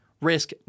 risk